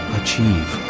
achieve